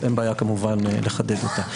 אין בעיה כמובן לחדד אותה.